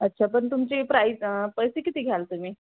अच्छा पण तुमची प्राईस पैसे किती घ्याल तुम्ही